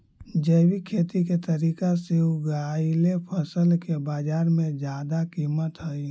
जैविक खेती के तरीका से उगाएल फसल के बाजार में जादा कीमत हई